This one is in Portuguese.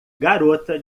garota